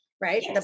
right